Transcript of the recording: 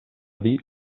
dir